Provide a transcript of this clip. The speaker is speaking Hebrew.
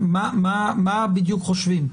מה בדיוק חושבים,